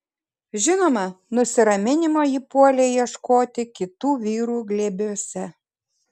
žinoma nusiraminimo ji puolė ieškoti kitų vyrų glėbiuose